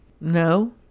No